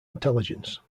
intelligence